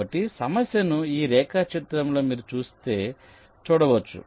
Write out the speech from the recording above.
కాబట్టి సమస్యను ఈ రేఖాచిత్రంలో మీరు చూస్తే చూడవచ్చు